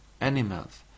Animals